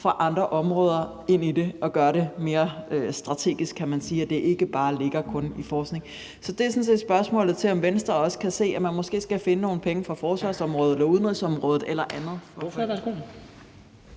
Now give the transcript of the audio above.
fra andre områder til det og gøre det mere strategisk, så det ikke kun tages fra forskningsområdet. Så spørgsmålet er sådan set, om Venstre også kan se, at man måske skal finde nogle penge fra forsvarsområdet, udenrigsområdet eller andet.